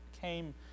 came